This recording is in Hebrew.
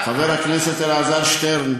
חבר הכנסת אלעזר שטרן,